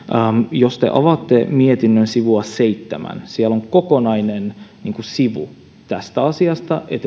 jos te avaatte mietinnön sivun seitsemän siellä on kokonainen sivu tästä asiasta